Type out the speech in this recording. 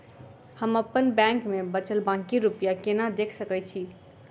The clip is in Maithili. हम अप्पन बैंक मे बचल बाकी रुपया केना देख सकय छी?